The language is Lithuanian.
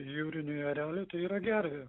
jūrinių erelių tai yra gervė